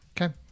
Okay